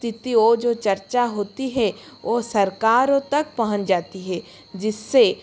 स्तिथि वो जो चर्चा होती है ओ सरकारों तक पहुँच जाती है जिससे